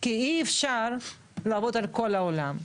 כי אי אפשר לעבוד על כל העולם.